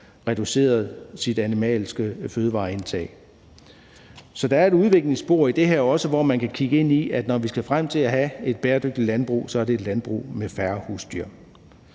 reducerede sit animalske fødevareindtag. Så der er også et udviklingsspor i det her, hvor man kan kigge ind i, at når vi skal frem til at have et bæredygtigt landbrug, så er det et landbrug med færre husdyr.